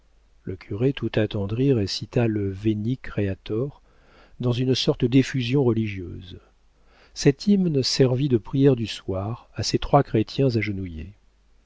le curé tout attendri récita le veni creator dans une sorte d'effusion religieuse cette hymne servit de prière du soir à ces trois chrétiens